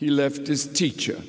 he left his teacher